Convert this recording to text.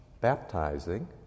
baptizing